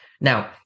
now